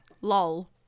Lol